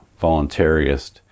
voluntarist